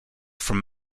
from